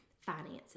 finances